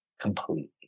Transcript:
completely